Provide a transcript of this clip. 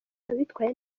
abitwaye